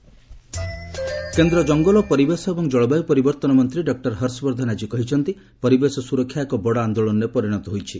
ହର୍ଷବର୍ଦ୍ଧନ ମେଘାଳୟ କେନ୍ଦ୍ର ଜଙ୍ଗଲ ଓ ପରିବେଶ ଏବଂ ଜଳବାୟ ପରିବର୍ତ୍ତନ ମନ୍ତ୍ରୀ ଡକ୍କର ହର୍ଷବର୍ଦ୍ଧନ ଆଜି କହିଛନ୍ତି ପରିବେଶ ସ୍ରରକ୍ଷା ଏକ ବଡ଼ ଆନ୍ଦୋଳନରେ ପରିଣତ ହୋଇଛି